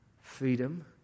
freedom